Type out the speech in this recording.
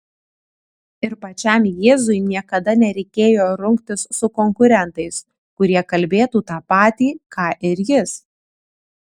ir pačiam jėzui niekada nereikėjo rungtis su konkurentais kurie kalbėtų tą patį ką ir jis